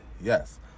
yes